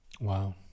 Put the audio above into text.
Wow